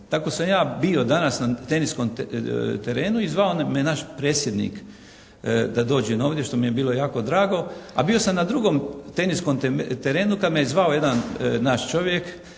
Tako sam ja bio danas na teniskom terenu i zvao me naš predsjednik da dođem ovdje što mi je bilo jako drago, a bio sam na drugom teniskom terenu kada me je zvao jedan naš čovjek